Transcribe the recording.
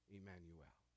Emmanuel